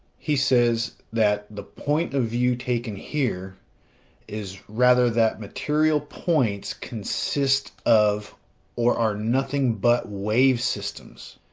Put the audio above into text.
he says, that the point of view taken here is rather that material points consist of or are nothing but wave systems.